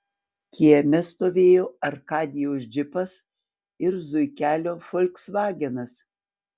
kieme stovėjo arkadijaus džipas ir zuikelio folksvagenas